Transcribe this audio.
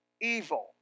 evil